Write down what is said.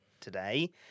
today